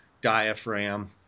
diaphragm